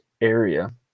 area